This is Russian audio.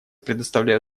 предоставляю